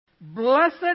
Blessed